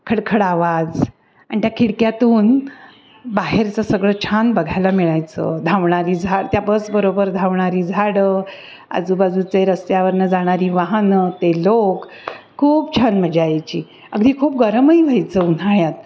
खडखड आवाज आणि त्या खिडक्यातून बाहेरचं सगळं छान बघायला मिळायचं धावणारी झाड् त्या बसबरोबर धावणारी झाडं आजूबाजूचे रस्त्यावरून जाणारी वाहनं ते लोक खूप छान मजा यायची अगदी खूप गरमही व्हायचं उन्हाळ्यात